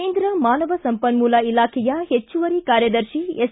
ಕೇಂದ್ರ ಮಾನವ ಸಂಪನ್ನೂಲ ಇಲಾಖೆಯ ಹೆಚ್ಚುವರಿ ಕಾರ್ಯದರ್ತಿ ಎಸ್